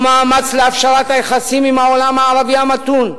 הינו מאמץ להפשרת היחסים עם העולם הערבי המתון,